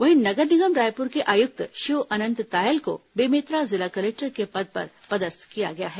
वहीं नगर निगम रायपुर के आयुक्त शिव अंनत तायल को बेमेतरा जिला कलेक्टर के पद पर पदस्थ किया गया है